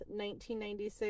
1996